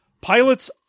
pilots